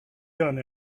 done